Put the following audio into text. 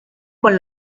con